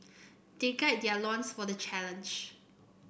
they guy their loins for the challenge